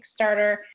Kickstarter